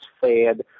fed